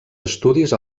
estudis